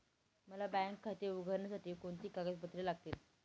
मला बँक खाते उघडण्यासाठी कोणती कागदपत्रे लागतील?